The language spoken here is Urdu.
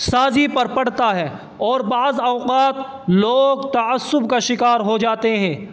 سازی پر پڑتا ہے اور بعض اوقات لوگ تعصب کا شکار ہو جاتے ہیں